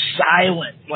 silent